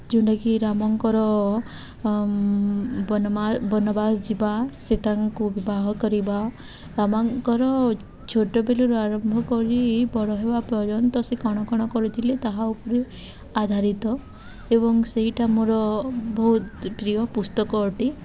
ଯେଉଁଟାକି ରାମଙ୍କର ବନବାସ ଯିବା ସୀତାଙ୍କୁ ବିବାହ କରିବା ରାମଙ୍କର ଛୋଟ ବେଳରୁ ଆରମ୍ଭ କରି ବଡ଼ ହେବା ପର୍ଯ୍ୟନ୍ତ ସେ କ'ଣ କ'ଣ କରିଥିଲେ ତାହା ଉପରେ ଆଧାରିତ ଏବଂ ସେଇଟା ମୋର ବହୁତ ପ୍ରିୟ ପୁସ୍ତକ ଅଟେ